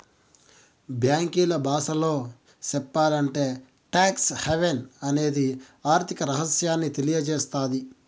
బ్యాంకీల బాసలో సెప్పాలంటే టాక్స్ హావెన్ అనేది ఆర్థిక రహస్యాన్ని తెలియసేత్తది